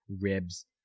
ribs